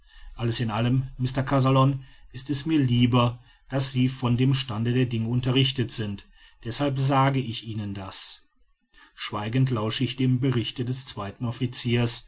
alles in allem mr kazallon ist es mir lieber daß sie von dem stande der dinge unterrichtet sind deshalb sage ich ihnen das schweigend lausche ich dem berichte des zweiten officiers